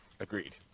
Agreed